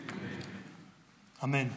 אמן.